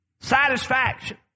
Satisfaction